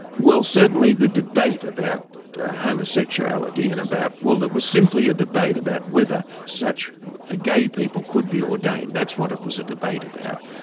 well, certainly the debate about homosexuality and about. well, there was simply a debate about whether such ah gay people could be ordained, that's what it was a debate about.